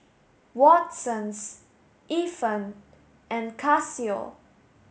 Watsons Ifan and Casio